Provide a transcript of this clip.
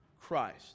Christ